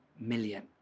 million